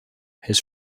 his